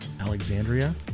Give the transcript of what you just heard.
Alexandria